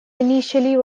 initially